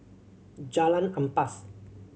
Jalan Ampas